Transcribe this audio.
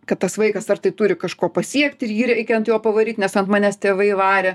kad tas vaikas ar tai turi kažko pasiekt ir jį reikia ant jo pavaryt nes ant manęs tėvai varė